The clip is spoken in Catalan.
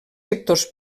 sectors